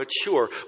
mature